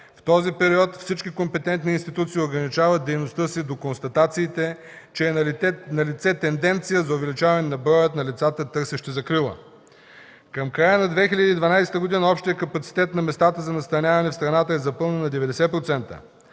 В този период всички компетентни институции увеличават дейността си до констатациите, че е налице тенденция за увеличаване на броя на лицата, търсещи закрила. Към края на 2012 г. общият капацитет на местата за настаняване в страната е запълнен на 90%.